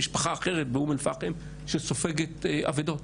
משפחה אחרת באום-אל-פאחם שסופגת אבידות.